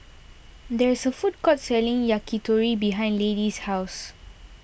there is a food court selling Yakitori behind Lady's house